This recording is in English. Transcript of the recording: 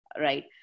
right